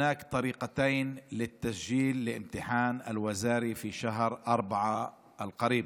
יש שתי דרכים להירשם לבחינה של המשרד בחודש אפריל הקרוב.